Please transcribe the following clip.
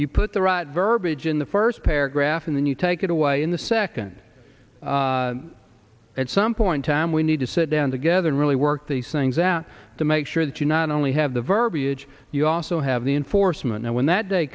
you put the rot verbiage in the first paragraph and then you take it away in the second at some point and we need to sit down together and really work these things out to make sure that you not only have the verbiage you also have the enforcement and when that day